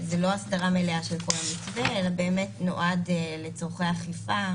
זה לא הסדרה מלאה של כל המתווה אלא נועד לצורכי אכיפה,